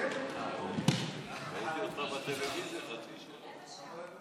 ראיתי אותך בטלוויזיה חצי שעה.